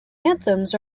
anthems